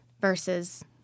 versus